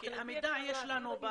כי את המידע יש לנו ב